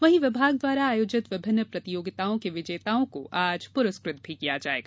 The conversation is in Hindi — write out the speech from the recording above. वहीं विभाग द्वारा आयोजित विभिन्न प्रतियोगिताओं के विजेताओं को आज पुरस्कृत भी किया जायेगा